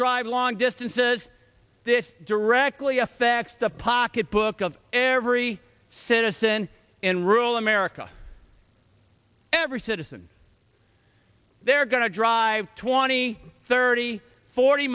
drive long distances that directly affect the pocketbook of every citizen in rural america every citizen they're going to drive twenty thirty forty